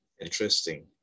Interesting